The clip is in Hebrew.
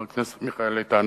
השר מיכאל איתן,